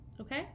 okay